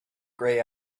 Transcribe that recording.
grey